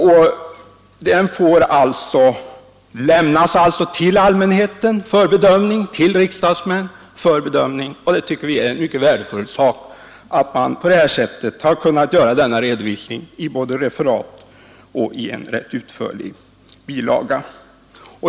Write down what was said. Redovisningen lämnas alltså till allmänhet och till riksdagsmän för bedömning, och vi tycker det är mycket värdefullt att man på det här sättet kunnat göra denna redovisning både i referat och i en rätt utförlig bilaga.